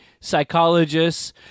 psychologists